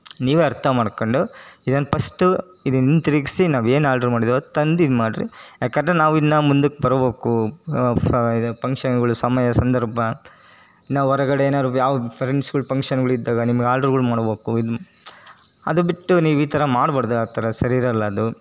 ನೀವೇ ಅರ್ಥ ಮಾಡ್ಕೊಂಡು ಇದನ್ನು ಪಸ್ಟು ಇದು ಹಿಂತಿರಿಗ್ಸಿ ನಾವು ಏನು ಆರ್ಡ್ರು ಮಾಡಿದ್ವೋ ಅದು ತಂದು ಇದು ಮಾಡಿರಿ ಯಾಕಂದ್ರೆ ನಾವು ಇನ್ನೂ ಮುಂದಕ್ ಬರ್ಬೇಕು ಪಂಕ್ಷನ್ಗಳು ಸಮಯ ಸಂದರ್ಭ ನಾವು ಹೊರಗಡೆ ಏನಾದ್ರು ಯಾವ ಫ್ರೆಂಡ್ಸ್ಗಳ್ ಪಂಕ್ಷನ್ಗಳ್ ಇದ್ದಾಗ ನಿಮ್ಗೆ ಆರ್ಡ್ರುಗಳ್ ಮಾಡ್ಬೇಕು ಇದು ಅದು ಬಿಟ್ಟು ನೀವು ಈ ಥರ ಮಾಡ್ಬಾರ್ದು ಆ ಥರ ಸರಿ ಇರೋಲ್ಲ ಅದು